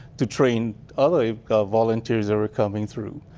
to train other volunteers that were coming through.